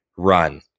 run